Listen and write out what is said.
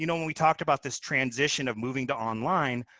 you know when we talked about this transition of moving to online,